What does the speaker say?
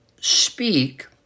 speak